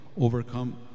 overcome